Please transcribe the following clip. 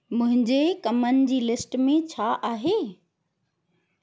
मुंहिंजे कमनि जी लिस्ट में छा आहे